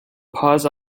pause